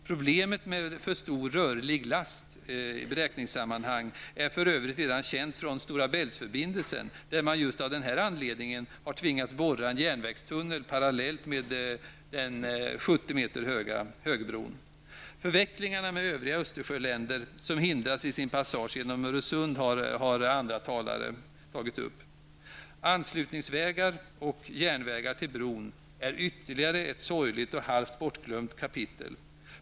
Problemet med för stor rörlig last i beräkningssammanhang är för övrigt redan känt från Store Bält-förbindelsen, där man just av denna anledning tvingats borra en järnvägstunnel parallellt med den 70 meter höga högbron. Förvecklingarna med övriga Östersjöländer som hindras i sin passage genom Öresund har andra talare tagit upp. Anslutningsvägar och anslutningsjärnvägar till bron är ytterligare ett sorgligt och halvt bortglömt kapitel.